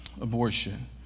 Abortion